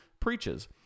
preaches